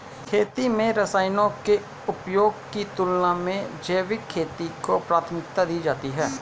खेती में रसायनों के उपयोग की तुलना में जैविक खेती को प्राथमिकता दी जाती है